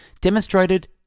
demonstrated